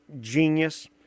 genius